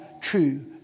true